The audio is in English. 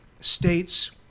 states